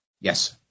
Yes